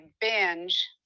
binge